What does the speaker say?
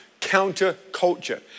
counterculture